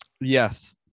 Yes